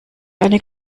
eine